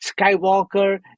Skywalker